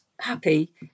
happy